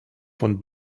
von